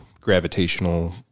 gravitational